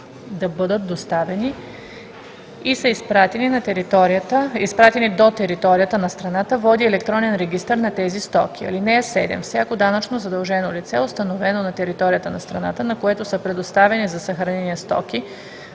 да бъдат доставени и са изпратени до територията на страната, води електронен регистър на тези стоки. (7) Всяко данъчно задължено лице, установено на територията на страната, на което са предоставени за съхранение стоки,